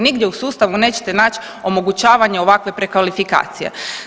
Nigdje u sustavu nećete nać omogućavanje ovakve prekvalifikacije.